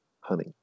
honey